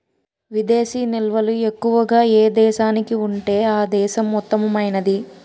విదేశీ నిల్వలు ఎక్కువగా ఏ దేశానికి ఉంటే ఆ దేశం ఉత్తమమైనది